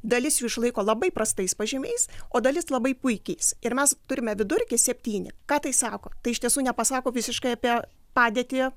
dalis jų išlaiko labai prastais pažymiais o dalis labai puikiais ir mes turime vidurkį septyni ką tai sako tai iš tiesų nepasako visiškai apie padėtį